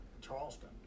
Charleston